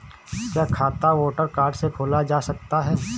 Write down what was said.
क्या खाता voter card से खोला जा सकता है?